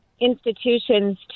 institutions